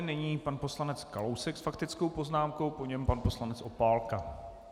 Nyní pan poslanec Kalousek s faktickou poznámkou, po něm pan poslanec Opálka.